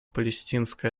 палестинской